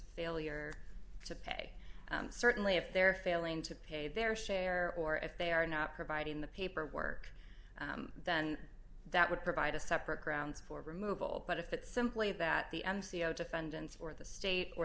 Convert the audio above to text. failure to pay certainly if they're failing to pay their share or if they are not providing the paperwork then that would provide a separate grounds for removal but if it's simply that the n c o defendants or the state